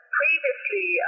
previously